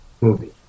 movie